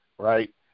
Right